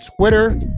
Twitter